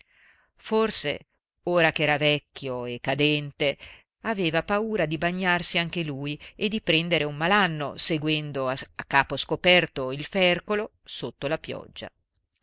forse ora ch'era vecchio e cadente aveva paura di bagnarsi anche lui e di prendere un malanno seguendo a capo scoperto il fercolo sotto la pioggia